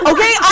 Okay